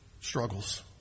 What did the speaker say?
struggles